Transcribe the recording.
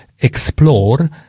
explore